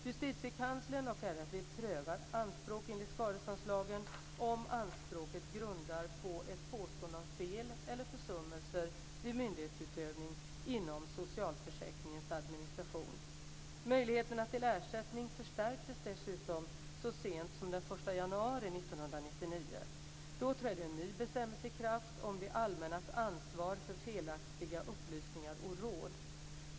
Justitiekanslern och RFV prövar anspråk enligt skadeståndslagen om anspråket grundas på ett påstående om fel eller försummelser vid myndighetsutövning inom socialförsäkringens administration. Möjligheterna till ersättning förstärktes dessutom så sent som den 1 januari 1999. Då trädde en ny bestämmelse i kraft om det allmännas ansvar för felaktiga upplysningar och råd.